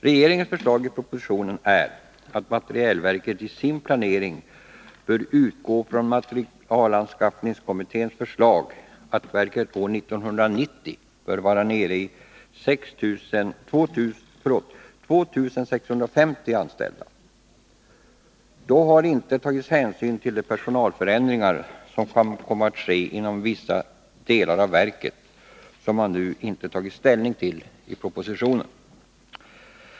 Regeringens förslag i propositionen är att materielverket i sin planering bör utgå från materielanskaffningskommitténs förslag, att verket år 1990 bör vara nere i 2 650 anställda. Då har hänsyn inte tagits till de personalförändringar som kan komma att ske inom vissa delar av verket, och det har man inte tagit ställning till i propositionen.